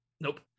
Nope